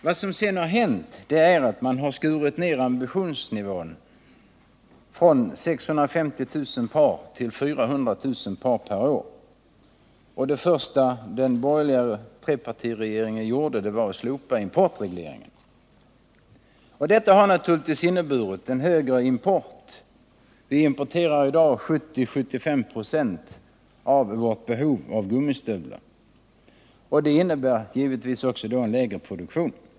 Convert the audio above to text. Vad som sedan hänt är att man skurit ned ambitionsnivån från 650 000 par till 400 000 par per år. Det första den borgerliga trepartiregeringen gjorde var att slopa importregleringen, vilket naturligtvis inneburit en högre import. Vi importerar i dag 70-75 96 av vårt behov av gummistövlar. Detta innebär givetvis en lägre produktion.